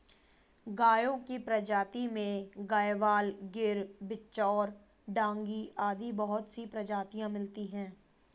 गायों की प्रजाति में गयवाल, गिर, बिच्चौर, डांगी आदि बहुत सी प्रजातियां मिलती है